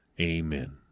Amen